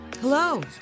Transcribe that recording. Hello